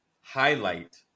highlight